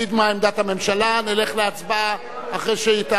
תגיד מה עמדת הממשלה, נלך להצבעה אחרי שהיא תענה.